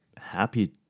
happy